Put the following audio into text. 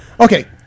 Okay